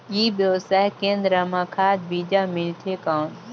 ई व्यवसाय केंद्र मां खाद बीजा मिलथे कौन?